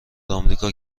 آمریکا